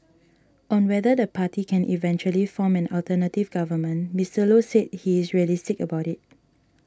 on whether the party can eventually form an alternative government Mister Low said he is realistic about it